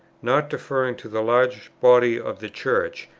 not deferring to the large body of the church,